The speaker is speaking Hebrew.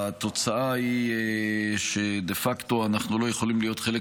התוצאה דה פקטו היא שאנחנו לא יכולים להיות חלק